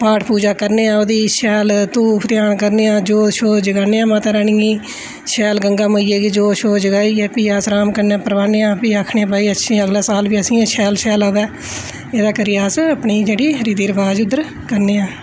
पाठ पूजा करने हां ओह्दी शैल घूफ ध्यान करने आं जोत शोत जगाने आं माता रानी गी शैल गंगा मेइया गी जोत शोत जगाइयै फ्ही अस राम कन्नै परवाने आं फ्ही आक्खने आं कि भई अगला साल बी असेंगी शैल शैल आवै एह्दे करी अस अपनी जेह्ड़ी रीति रबाज उद्धर करने आं